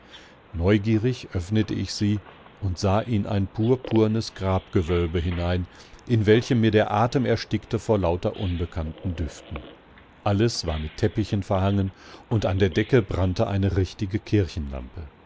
neugierig öffnete ich sie und sah in ein purpurnes grabgewölbe hinein in welchem mir der atem erstickte vor lauter unbekannten düften alles war mit teppichen verhangen und an der decke brannte eine richtige kirchenlampe